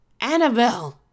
annabelle